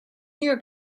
york